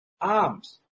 arms